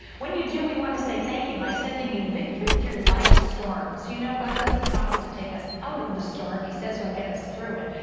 when you do, we want to say thank you by sending you victory through life's storms. you know god doesn't promise to take us out of the storm. he says he'll get us through it.